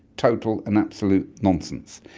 total and absolute nonsense.